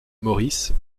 morris